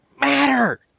matter